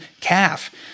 calf